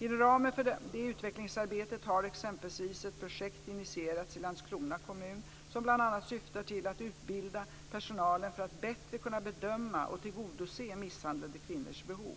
Inom ramen för det utvecklingsarbetet har exempelvis ett projekt initierats i Landskrona kommun som bl.a. syftar till att utbilda personalen för att man bättre ska kunna bedöma och tillgodose misshandlade kvinnors behov.